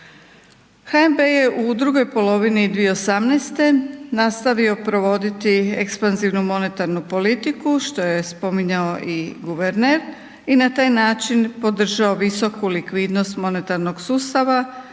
HNB u drugoj polovini 2018. nastavio provoditi ekspanzivnu monetarnu politiku što je spominjao i guverner i na taj način podržao visoku likvidnost monetarnog sustava